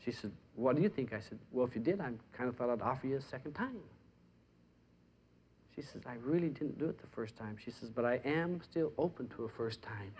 she says what do you think i said well if you did i'm kind of out of aafia second time she says i really didn't do it the first time she says but i am still open to a first time